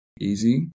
easy